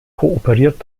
kooperiert